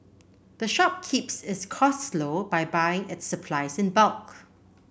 the shop keeps its costs low by buying its supplies in bulk